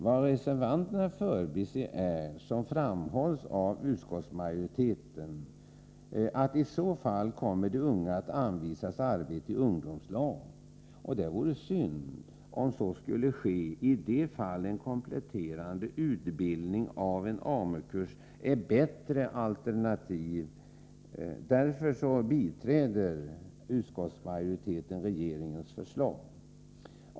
Vad reservanterna förbiser är, som framhålls av utskottsmajoriteten, att de unga i så fall kommer att anvisas arbete i ungdomslag. Det vore synd om så skulle ske i de fall en kompletterande utbildning på en AMU-kurs är ett bättre alternativ. Därför biträder utskottsmajoriteten regeringens förslag.